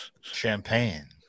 Champagne